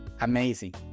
amazing